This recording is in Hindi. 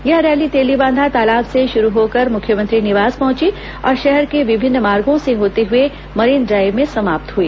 यह रैली तेलीबांधा तालाब से शुरू होकर मुख्यमंत्री निवास पहुंची और शहर के विभिन्न मार्गो से होते हए मरीन ड्राईव में समाप्त हुई